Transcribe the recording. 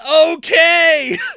okay